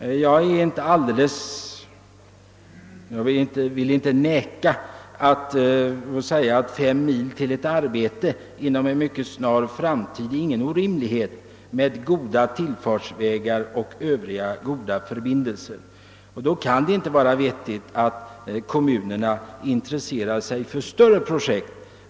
Jag tror att ett avstånd på fem mil till arbetsplatsen inom en mycket snar framtid inte kommer att utgöra någon orimlighet, om det finns goda tillfartsvägar och goda förbindelser i övrigt. Då kan det inte vara vettigt att kommunerna intresserar sig för större projekt.